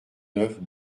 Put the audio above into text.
neuf